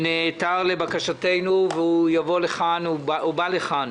שנעתר לבקשתנו ובא לכאן